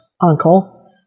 uncle